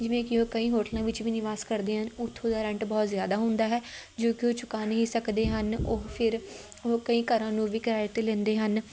ਜਿਵੇਂ ਕਿ ਉਹ ਕਈ ਹੋਟਲਾਂ ਵਿੱਚ ਵੀ ਨਿਵਾਸ ਕਰਦੇ ਹਨ ਉੱਥੋਂ ਦਾ ਰੈਂਟ ਬਹੁਤ ਜ਼ਿਆਦਾ ਹੁੰਦਾ ਹੈ ਜੋ ਕਿ ਉਹ ਚੁਕਾ ਨਹੀਂ ਸਕਦੇ ਹਨ ਉਹ ਫਿਰ ਉਹ ਕਈ ਘਰਾਂ ਨੂੰ ਵੀ ਕਿਰਾਏ 'ਤੇ ਲੈਂਦੇ ਹਨ